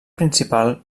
principal